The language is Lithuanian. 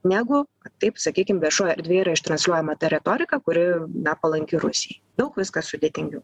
negu taip sakykim viešoj erdvėj yra ištransliuojama ta retorika kuri na palanki rusijai daug viskas sudėtingiau